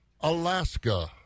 Alaska